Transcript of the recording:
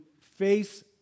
face